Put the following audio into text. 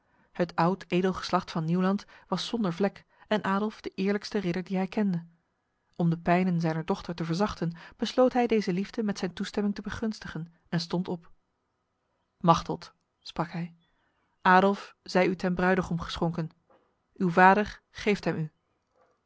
het oud edel geslacht van nieuwland was zonder vlek en adolf de eerlijkste ridder die hij kende om de pijnen zijner dochter te verzachten besloot hij deze liefde met zijn toestemming te begunstigen en stond op machteld sprak hij adolf zij u ten bruidegom geschonken uw vader geeft hem